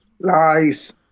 Nice